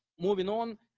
moving on.